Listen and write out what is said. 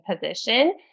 position